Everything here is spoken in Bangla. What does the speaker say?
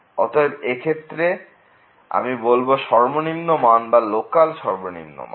অতএব এই ক্ষেত্রে আমি বলব সর্বনিম্ন মান বা লোকাল সর্বনিম্ন মান